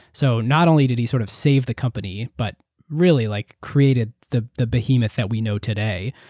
so not only did he sort of save the company, but really like created the the behemoth that we know today,